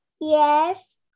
yes